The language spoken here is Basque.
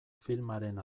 filmaren